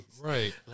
Right